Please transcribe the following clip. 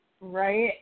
right